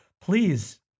please